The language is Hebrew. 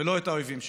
ולא את האויבים שלה.